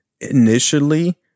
initially